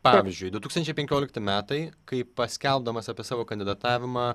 pavyzdžiui du tūkstančiai penkiolikti metai kai paskelbdamas apie savo kandidatavimą